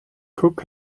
cook